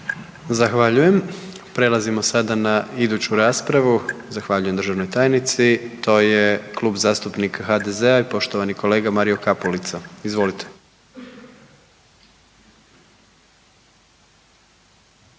Zahvaljujem. Prelazimo sada na iduću raspravu. Zahvaljujem državnoj tajnici. To je Klub zastupnika HDZ-a i poštovani kolega Mario Kapulica. Izvolite.